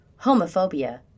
homophobia